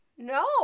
No